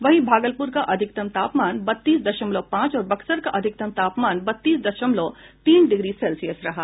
वहीं भागलपुर का अधिकतम तापमान बत्तीस दशमलव पांच और बक्सर का अधिकतम तापमान बत्तीस दशमलव तीन डिग्री सेल्सियस रहा